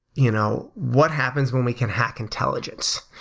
you know what happens when we can hack intelligence?